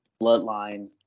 bloodline